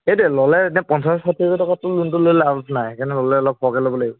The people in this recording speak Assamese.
সেইটোৱে এতিয়া ল'লে পঞ্চাছ ষাঠি হাজাৰ টকাৰ তোৰ লোনটো লৈ লাভ নাই সেইকাৰণে ল'লে অলপ সৰহকৈ ল'ব লাগিব